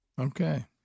Okay